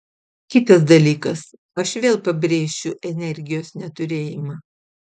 kitas dalykas aš vėl pabrėšiu energijos neturėjimą